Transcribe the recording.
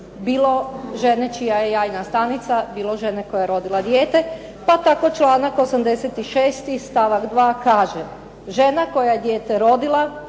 bilo žene čija je jajna stanica, bilo žene koja je rodila dijete. Pa tako članak 86. stavak 2. kaže: "Žena koja je dijete rodila,